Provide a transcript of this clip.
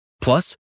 Plus